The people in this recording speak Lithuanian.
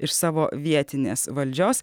iš savo vietinės valdžios